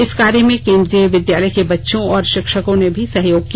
इस कार्य में केंद्रीय विद्यालय के बच्चों और शिक्षकों ने भी सहयोग किया